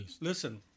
listen